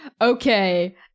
Okay